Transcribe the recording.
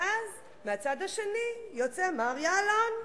ואז, מהצד השני יוצא מר יעלון,